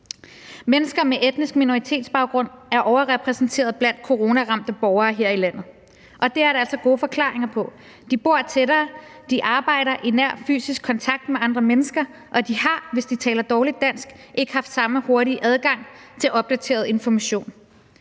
Mennesker med etnisk minoritetsbaggrund er overrepræsenteret blandt coronaramte borgere her i landet, og det er der altså gode forklaringer på. De bor tættere, de arbejder i nær fysisk kontakt med andre mennesker, og de har, hvis de taler dårligt dansk, ikke haft samme hurtige adgang til opdateret information.